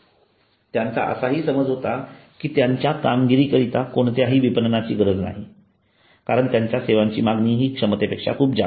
त्यांचा असाही समज होता की त्यांच्या कामाकरीता कोणत्याही विपणनाची गरज नाही कारण त्यांच्या सेवांची मागणी हि क्षमतेपेक्षा खूप जास्त आहे